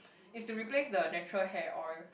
it's to replace the natural hair oil